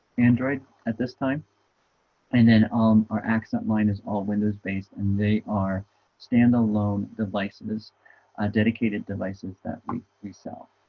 android at this time and then um our accent line is all windows-based and they are standalone devices dedicated devices that we we sell